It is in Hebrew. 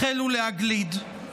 החלו להגליד.